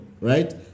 right